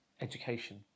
education